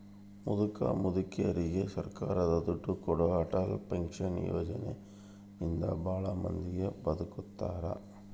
ಮುದುಕ ಮುದುಕೆರಿಗೆ ಸರ್ಕಾರ ದುಡ್ಡು ಕೊಡೋ ಅಟಲ್ ಪೆನ್ಶನ್ ಯೋಜನೆ ಇಂದ ಭಾಳ ಮಂದಿ ಬದುಕಾಕತ್ತಾರ